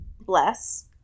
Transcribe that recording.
bless